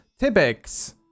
Tibex